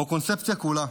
הוא הקונספציה כולה.